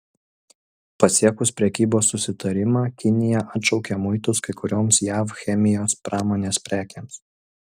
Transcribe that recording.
pasiekus prekybos susitarimą kinija atšaukė muitus kai kurioms jav chemijos pramonės prekėms